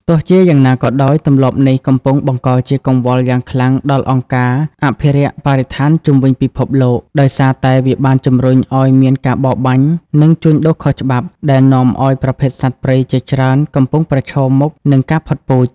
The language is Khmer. ទោះជាយ៉ាងណាក៏ដោយ ទម្លាប់នេះកំពុងបង្កជាកង្វល់យ៉ាងខ្លាំងដល់អង្គការអភិរក្សបរិស្ថានជុំវិញពិភពលោក ដោយសារតែវាបានជំរុញឱ្យមានការបរបាញ់ និងជួញដូរខុសច្បាប់ ដែលនាំឱ្យប្រភេទសត្វព្រៃជាច្រើនកំពុងប្រឈមមុខនឹងការផុតពូជ។